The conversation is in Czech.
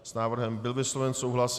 S návrhem byl vysloven souhlas.